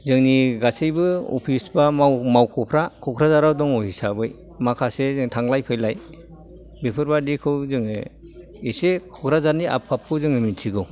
जोंनि गासैबो अफिस बा मावख'फ्रा क'क्राझारआव दङ हिसाबै माखासे जों थांलाय फैलाय बिफोरबायदिखौ जोङो एसे क'क्राझारनि आग फागखौ जोङो मिथिगौ